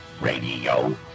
radio